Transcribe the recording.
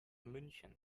münchen